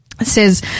says